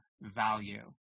value